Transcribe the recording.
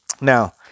Now